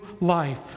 life